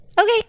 Okay